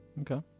Okay